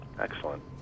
Excellent